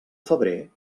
febrer